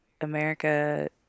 America